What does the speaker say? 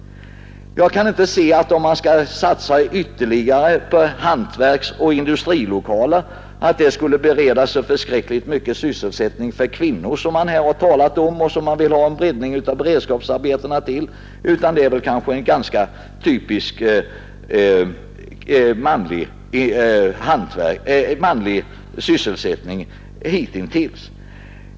Jag kan inte se att en ytterligare satsning på hantverksoch industrilokaler skulle bereda så förskräckligt mycket sysselsättning för kvinnor, som man har talat om och som man vill ha en breddning av beredskapsarbetena för. Detta område har väl hittills erbjudit typiskt manlig sysselsättning.